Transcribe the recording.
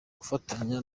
ufatanya